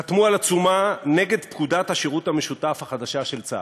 חתמו על עצומה נגד פקודת השירות המשותף החדש של צה"ל.